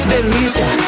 Delícia